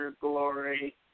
glory